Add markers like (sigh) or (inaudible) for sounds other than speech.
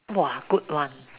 !wah! good one (laughs)